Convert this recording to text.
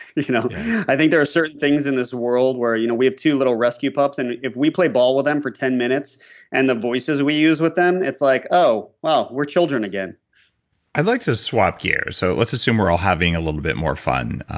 you know i think there are certain things in this world where you know we have two little rescue pups. and if we play ball with them for ten minutes and the voices we use with them, it's like oh, well, we're children again i'd like to swap gears. so let's assume we're all having a little bit more fun,